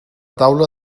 taula